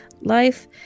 life